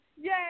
Yay